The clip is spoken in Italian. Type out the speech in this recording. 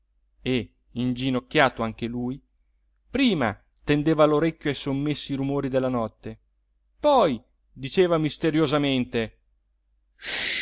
e inginocchiato anche lui prima tendeva l'orecchio ai sommessi rumori della notte poi diceva misteriosamente